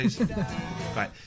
Right